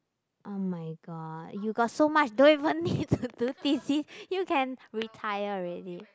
oh-my-god you got so much don't even need to do T_C you can retire already